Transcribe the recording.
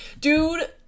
Dude